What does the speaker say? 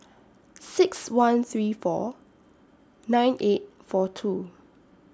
six one three four nine eight four two